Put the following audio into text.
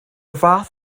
fath